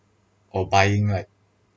or buying like